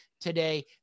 today